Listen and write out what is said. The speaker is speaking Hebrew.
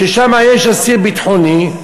ששם יש אסיר ביטחוני,